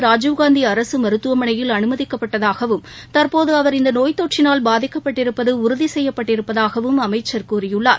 ராஜீவ்காந்தி அரசு மருத்துவமனையில் அனுமதிக்கப்பட்டதாகவும் தற்போது அவர் இந்த நோய் தொற்றினால் பாதிக்கப்பட்டிருப்பது உறுதி செய்யப்பட்டிருப்பதாகவும் அமைச்சர் கூறியுள்ளார்